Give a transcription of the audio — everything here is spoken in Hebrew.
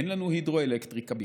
אין לנו הידרו-אלקטריקה בכלל.